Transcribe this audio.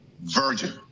virgin